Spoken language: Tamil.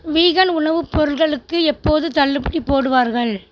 வீகன் உணவு பொருள்களுக்கு எப்போது தள்ளுபடி போடுவார்கள்